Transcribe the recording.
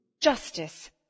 Justice